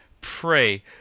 pray